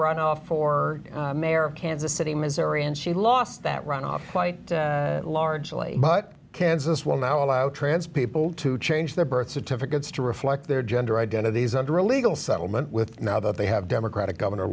runoff for mayor of kansas city missouri and she lost that runoff quite largely but kansas will now allow trans people to change their birth certificates to reflect their gender identities under a legal settlement with now that they have democratic governor